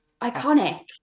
iconic